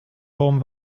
forum